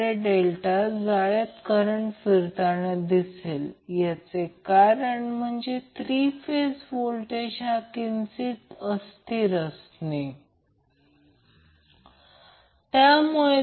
त्याचप्रमाणे Vbn voltage हे line आणि न्यूट्रल लाइन n मधील वोल्टेज आहे आणि Vcn व्होल्टेज हे लाईन c आणि न्यूट्रल लाइन n मधील वोल्टेज आहे